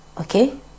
okay